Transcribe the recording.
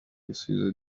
ibisubizo